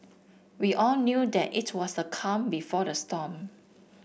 we all knew that it was the calm before the storm